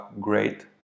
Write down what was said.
great